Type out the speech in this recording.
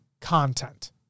content